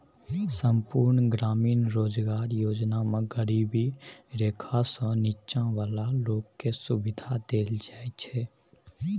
संपुर्ण ग्रामीण रोजगार योजना मे गरीबी रेखासँ नीच्चॉ बला लोक केँ सुबिधा देल जाइ छै